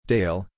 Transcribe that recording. Dale